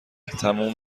تموم